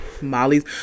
Molly's